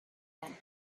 when